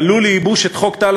תלו לייבוש את חוק טל,